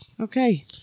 Okay